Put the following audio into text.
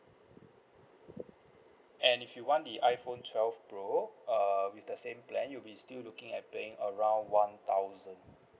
and if you want the iPhone twelve pro err with the same plan you'll be still looking at paying around one thousand